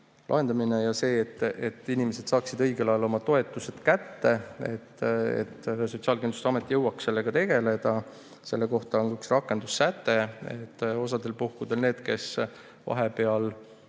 lahendada nii, et inimesed saaksid õigel ajal oma toetused kätte ja Sotsiaalkindlustusamet jõuaks sellega tegeleda. Selle kohta on üks rakendussäte. Mõnel puhul on neid, kes vahepeal